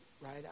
right